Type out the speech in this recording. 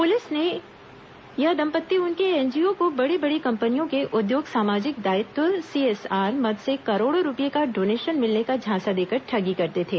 police ने अनुसार यह दंपत्ति उनके एनजीओ को बडी बडी कंपनियों के उद्योग सामाजिक दायित्व सीएसआर मेद से करोडों रूपए का डोनेशन मिलने का झांसा देकर ठगी करते थे